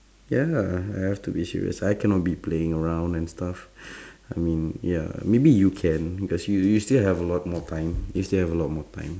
ya I have to be serious I cannot be playing around and stuff I mean ya maybe you can because you you still have a lot more time you still have a lot more time